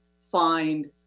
find